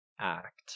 act